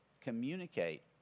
communicate